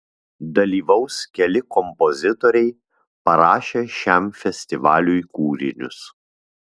dalyvaus keli kompozitoriai parašę šiam festivaliui kūrinius